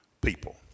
people